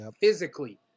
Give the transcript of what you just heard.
physically